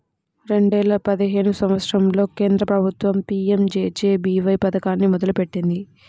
రెండేల పదిహేను సంవత్సరంలో కేంద్ర ప్రభుత్వం పీ.యం.జే.జే.బీ.వై పథకాన్ని మొదలుపెట్టింది